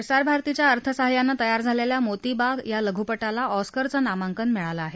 प्रसार भारतीच्या अर्थ साहाय्यानं तयार झालेल्या मोती बाग या लघुपटाला ऑस्करचं नामांकन मिळालं आहे